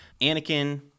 anakin